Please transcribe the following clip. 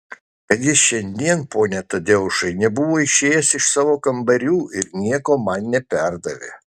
kad jis šiandien pone tadeušai nebuvo išėjęs iš savo kambarių ir nieko man neperdavė